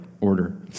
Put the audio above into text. order